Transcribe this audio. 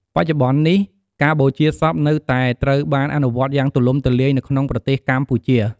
បច្ចុប្បន្ននេះ ការបូជាសពនៅតែត្រូវបានអនុវត្តយ៉ាងទូលំទូលាយនៅក្នុងប្រទេសកម្ពុជា។